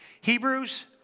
Hebrews